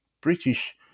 British